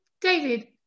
David